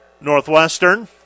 Northwestern